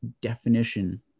definition